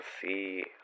see